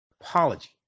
apology